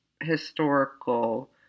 historical